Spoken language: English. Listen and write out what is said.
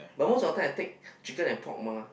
but most of times I take chicken and pork mah